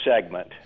segment